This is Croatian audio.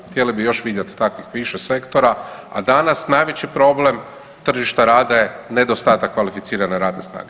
Htjeli bi još vidjeti takvih više sektora, a danas najveći problem tržišta rada je nedostatak kvalificirane radne snage.